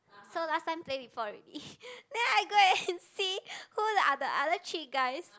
so last time play before already then I go and see who the other other three guys